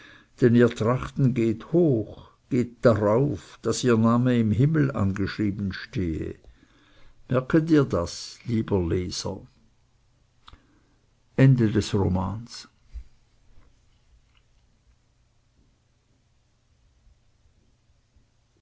denn ihr trachten geht hoch geht darauf daß ihr name im himmel angeschrieben stehe merke dir das lieber leser